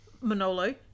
Manolo